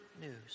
news